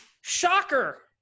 Shocker